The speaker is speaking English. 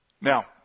Now